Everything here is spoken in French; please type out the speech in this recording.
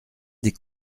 des